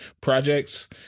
projects